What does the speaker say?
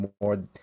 more